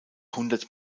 hundert